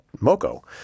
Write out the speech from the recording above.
MoCo